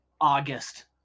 August